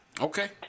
Okay